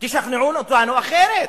תשכנעו אותנו אחרת.